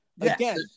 Again